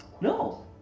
No